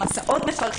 מסעות מפרכים,